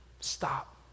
stop